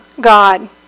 God